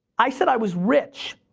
i said i was rich,